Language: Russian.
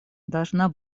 должна